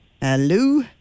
Hello